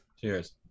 Cheers